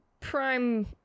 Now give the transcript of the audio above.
prime